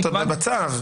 הרבה תלוי בצו.